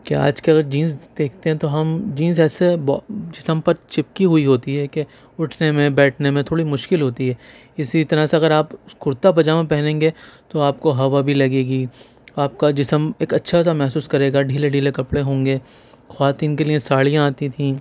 کہ آج کل جینس دیکھتے ہیں تو ہم جینس ایسے بہت جسم پر چپکی ہوئی ہوتی ہے کہ اُٹھنے میں بیٹھنے میں تھوڑی مشکل ہوتی ہے اِسی طرح سے اگر آپ کُرتا پاجامہ پہنیں گے تو آپ کو ہَوا بھی لگے گی آپ کا جسم ایک اچھا سا محسوس کرے گا ڈھیلے ڈھیلے کپڑے ہوں گے خواتین کے لیے ساڑیاں آتی تھیں